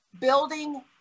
building